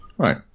Right